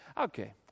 Okay